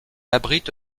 abrite